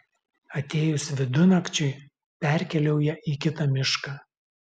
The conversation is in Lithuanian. atėjus vidunakčiui perkeliauja į kitą mišką